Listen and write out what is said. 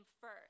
first